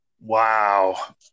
Wow